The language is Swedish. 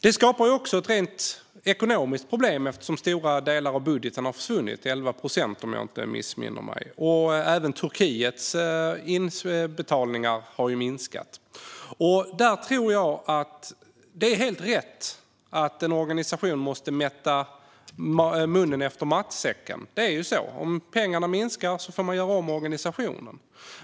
Det skapar också ett rent ekonomiskt problem eftersom stora delar av budgeten har försvunnit - 11 procent, om jag inte missminner mig. Även Turkiets inbetalningar har minskat. Jag tror att det är helt rätt att en organisation måste rätta munnen efter matsäcken. Det är ju så: Om pengarna minskar får man göra om organisationen.